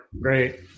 Great